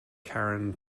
karen